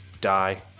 die